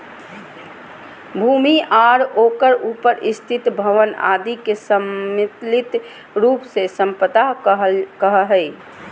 भूमि आर ओकर उपर स्थित भवन आदि के सम्मिलित रूप से सम्पदा कहो हइ